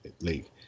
league